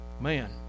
man